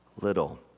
little